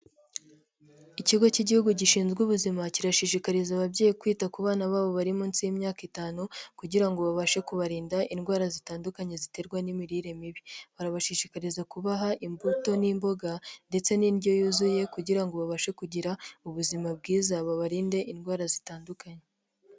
Ikigo cy'igihugu gishinzwe ubuzima, kirashishikariza ababyeyi kwita ku bana babo bari munsi y'imyaka itanu kugira ngo babashe kubarinda indwara zitandukanye ziterwa n'imirire mibi, barabashishikariza kubaha imbuto n'imboga ndetse n'indyo yuzuye kugira ngo babashe kugira ubuzima bwiza babarinde indwara zitandukanye.